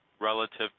relative